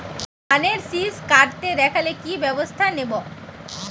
ধানের শিষ কাটতে দেখালে কি ব্যবস্থা নেব?